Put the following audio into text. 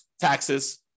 taxes